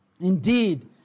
Indeed